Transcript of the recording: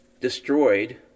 destroyed